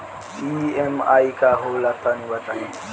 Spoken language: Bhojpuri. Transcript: ई.एम.आई का होला तनि बताई?